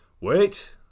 Wait